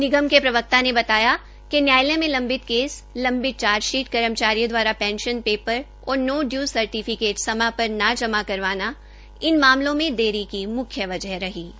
निगम के प्रवक्ता ने बताया कि न्यायालय में लंबित केस लंबित चार्जशीट कर्मचारियों द्वारा पेंशन पेपर और नो डियूज़ सर्टिफिकेट समय पर न जमा करवाना इन मामलों में देरी की मुख्य वजह रही है